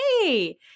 hey